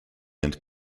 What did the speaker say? and